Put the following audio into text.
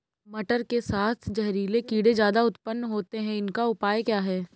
मटर के साथ जहरीले कीड़े ज्यादा उत्पन्न होते हैं इनका उपाय क्या है?